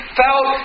felt